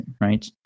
right